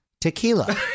tequila